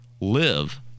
live